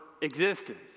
existence